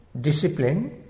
discipline